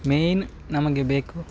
main ನಮಗೆ ಬೇಕು